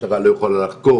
המשטרה לא יכולה לחקור,